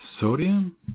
sodium